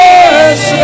Yes